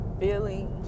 feeling